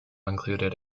included